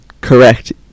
correct